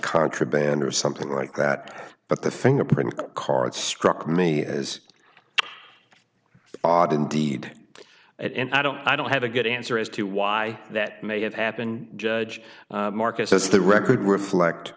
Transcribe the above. contraband or something like that but the fingerprint card struck me as odd indeed it and i don't i don't have a good answer as to why that may have happened judge marcus as the record reflect